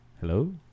Hello